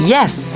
Yes